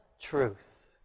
truth